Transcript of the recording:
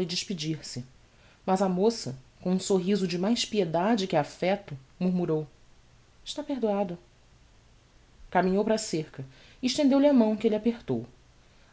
e despedir-se mas a moça com um sorriso de mais piedade que affecto murmurou está perdoado caminhou para a cerca e estendeu-lhe a mão que elle apertou